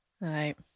Right